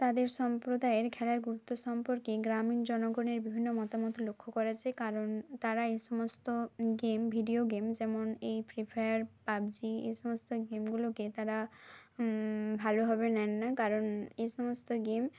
তাদের সম্প্রদায়ের খেলার গুরুত্ব সম্পর্কে গ্রামীণ জনগণের বিভিন্ন মতামত লক্ষ্য করা যায় কারণ তারা এ সমস্ত গেম ভিডিও গেম যেমন এই ফ্রি ফায়ার পাবজি এ সমস্ত গেমগুলোকে তারা ভালোভাবে নেন না কারণ এ সমস্ত গেম